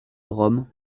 rome